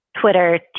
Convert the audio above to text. Twitter